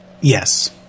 Yes